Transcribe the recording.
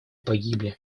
погибли